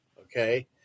okay